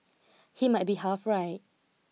he might be half right